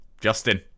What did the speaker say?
Justin